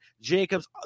Jacobs